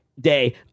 day